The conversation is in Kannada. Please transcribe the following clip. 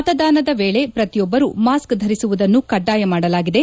ಮತದಾನದ ವೇಳೆ ಪ್ರತಿಯೊಬ್ಬರು ಮಾಸ್ಕ್ ಧರಿಸುವುದನ್ನು ಕಡ್ಡಾಯ ಮಾಡಲಾಗಿದೆ